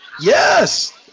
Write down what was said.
Yes